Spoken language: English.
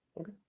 Okay